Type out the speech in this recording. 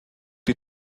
die